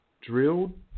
drilled